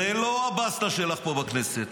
זה לא הבסטה שלך פה בכנסת.